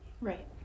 Right